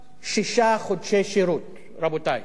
שישה חודשי עבודות שירות, רבותי.